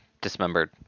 dismembered